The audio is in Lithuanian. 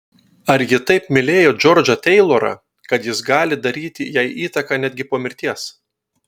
ar ji taip mylėjo džordžą teilorą kad jis gali daryti jai įtaką netgi po mirties